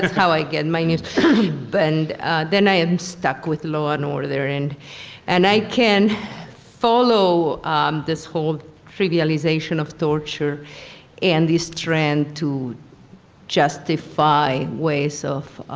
how i get my news but and then i am stuck with law and order, and and i can follow this whole trivialization of torture and the strength to justify ways of,